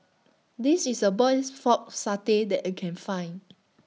This IS A Best Pork Satay that I Can Find